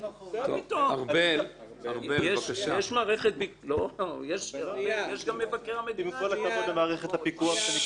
עם כל הכבוד למערכת הפיקוח.